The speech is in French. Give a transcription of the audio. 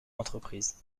entreprise